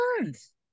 months